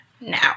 now